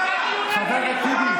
חבר הכנסת טיבי.